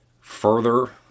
further